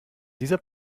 dieser